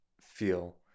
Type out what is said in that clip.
feel